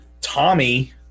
Tommy